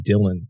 dylan